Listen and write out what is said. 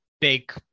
big